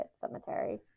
cemetery